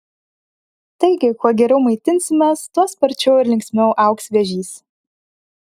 taigi kuo geriau maitinsimės tuo sparčiau ir linksmiau augs vėžys